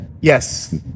yes